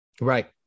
Right